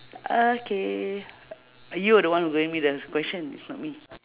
okay you were the one who giving me the question it's not me